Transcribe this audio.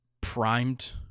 primed